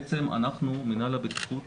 בעצם מינהל הבטיחות